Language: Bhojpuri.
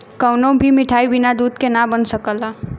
कवनो भी मिठाई बिना दूध के ना बन सकला